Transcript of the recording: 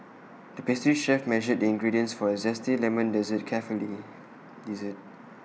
the pastry chef measured the ingredients for A Zesty Lemon Dessert carefully